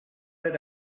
did